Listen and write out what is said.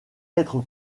être